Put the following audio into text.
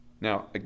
now